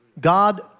God